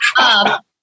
up